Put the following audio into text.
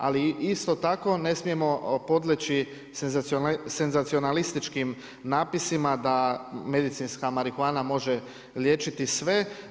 Ali isto tako ne smijemo podleći senzacionalističkim napisima da medicinska marihuana može liječiti sve.